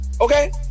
Okay